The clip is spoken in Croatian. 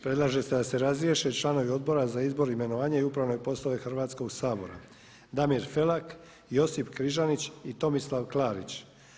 Predlaže se da se razriješe članovi Odbora za izbor, imenovanje i upravne poslove Hrvatskog sabora Damir Felak, Josip Križanić i Tomislav Klarić.